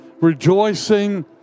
rejoicing